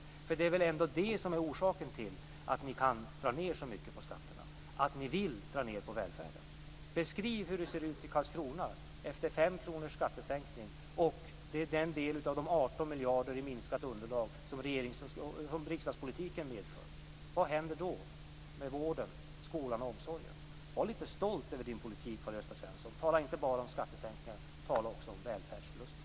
Att ni vill dra ned på välfärden är väl ändå orsaken till att nu kan dra ned så mycket på skatterna? Beskriv hur det ser ut i Karlskrona efter en skattesänkning på 5 kr! Det är den del av de 18 miljarder i minskat underlag som riksdagspolitiken medför. Vad händer då med vården, skolan och omsorgen? Jag tycker att Karl-Gösta Svenson skall vara litet stolt över sin politik. Tala inte bara om skattesänkningar, utan tala också om välfärdsförlusterna!